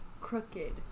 Crooked